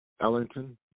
Ellington